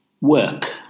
Work